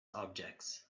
objects